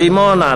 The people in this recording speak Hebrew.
בדימונה?